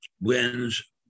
wins